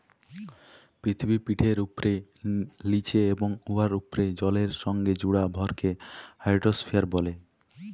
পিথিবীপিঠের উপ্রে, লিচে এবং উয়ার উপ্রে জলের সংগে জুড়া ভরকে হাইড্রইস্ফিয়ার ব্যলে